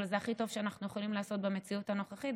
אבל זה הכי טוב שאנחנו יכולים לעשות במציאות הנוכחית,